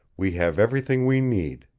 we have everything we need.